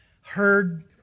heard